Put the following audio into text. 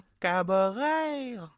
Cabaret